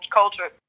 culture